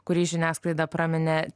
kurį žiniasklaida praminė